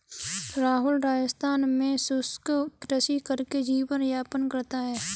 राहुल राजस्थान में शुष्क कृषि करके जीवन यापन करता है